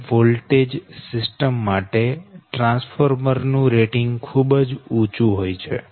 હાય voltage system માટે transformer નું rating ખૂબ જ ઉંચું હોય છે